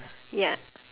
ya